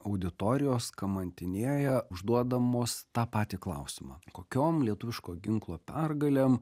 auditorijos kamantinėja užduodamos tą patį klausimą kokiom lietuviško ginklo pergalėm